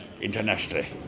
internationally